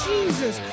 Jesus